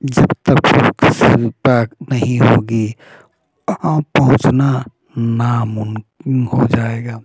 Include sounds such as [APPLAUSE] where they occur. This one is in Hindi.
जब तक [UNINTELLIGIBLE] नहीं होगी वहाँ पहुँचना नामुमकिन हो जाएगा